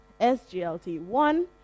SGLT1